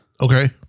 Okay